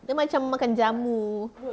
dia macam makan jamu